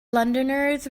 londoners